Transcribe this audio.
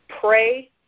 Pray